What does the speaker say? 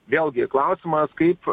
vėlgi klausimas kaip